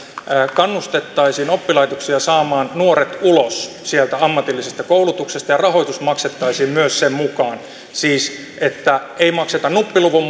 kannustettaisiin oppilaitoksia saamaan nuoret ulos sieltä ammatillisesta koulutuksesta ja myös rahoitus maksettaisiin sen mukaan siis että ei makseta nuppiluvun